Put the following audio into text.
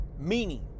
meaning